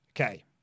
Okay